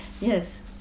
yes